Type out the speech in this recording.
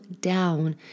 down